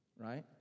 right